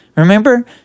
Remember